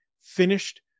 finished